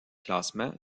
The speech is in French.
classement